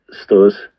stores